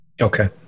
Okay